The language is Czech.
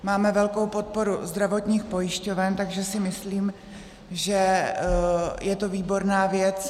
Máme velkou podporu zdravotních pojišťoven, takže si myslím, že je to výborná věc.